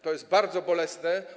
To jest bardzo bolesne.